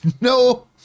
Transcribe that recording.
no